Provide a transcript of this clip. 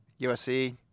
USC